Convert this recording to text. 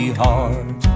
heart